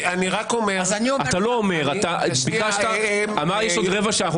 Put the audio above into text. אמרת שיש עוד רבע שעה.